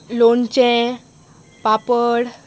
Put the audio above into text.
लोणचें पापड